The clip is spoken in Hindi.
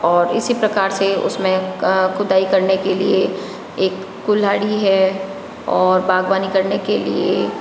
और इसी प्रकार से उसमें खुदाई करने के लिए एक कुल्हाड़ी है और बागवानी करने के लिए